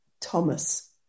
Thomas